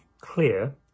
clear